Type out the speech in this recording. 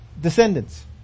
descendants